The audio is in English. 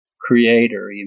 creator